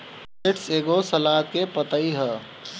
lettuce एगो सलाद के पतइ ह